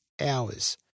hours